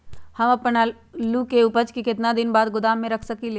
हम अपन आलू के ऊपज के केतना दिन बाद गोदाम में रख सकींले?